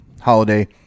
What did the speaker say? holiday